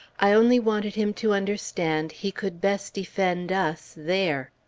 i only wanted him to understand he could best defend us there.